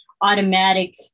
automatic